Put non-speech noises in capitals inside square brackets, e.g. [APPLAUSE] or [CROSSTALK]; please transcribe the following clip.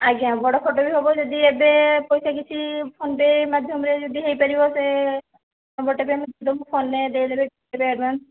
ଆଜ୍ଞା ବଡ଼ ଫଟୋ ବି ହବ ଯଦି ଏବେ ପଇସା କିଛି ଫୋନ ପେ ମାଧ୍ୟମରେ ଯଦି ହେଇପାରିବ ସେ ନମ୍ବରଟା ବି ଆମେ ଦେବୁ ଫୋନରେ ଦେଇ ଦେଲେ [UNINTELLIGIBLE] ଆଡ଼ଭାନ୍ସ